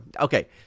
Okay